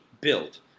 built